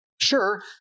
Sure